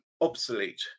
obsolete